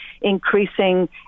increasing